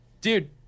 dude